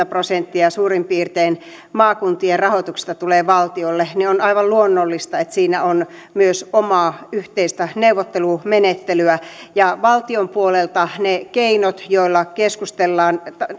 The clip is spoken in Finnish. prosenttia suurin piirtein maakuntien rahoituksesta tulee valtiolta niin on aivan luonnollista että siinä on myös omaa yhteistä neuvottelumenettelyä valtion puolelta ne välineet joilla keskustellaan